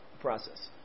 process